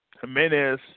Jimenez